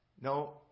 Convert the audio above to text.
No